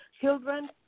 children